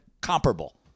comparable